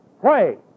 pray